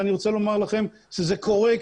ואני רוצה לומר לכם שזה קורה.